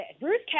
Bruce